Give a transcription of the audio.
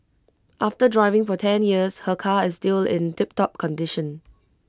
after driving for ten years her car is still in tiptop condition